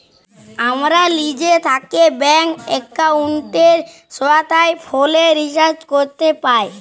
আমরা লিজে থ্যাকে ব্যাংক এক্কাউন্টের সহায়তায় ফোলের রিচাজ ক্যরতে পাই